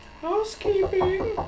Housekeeping